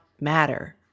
matter